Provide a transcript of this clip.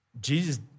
Jesus